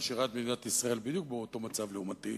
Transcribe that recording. משאירה את מדינת ישראל בדיוק באותו מצב לעומתי